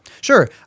Sure